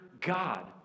God